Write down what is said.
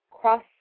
cross